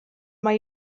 mae